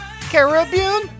Caribbean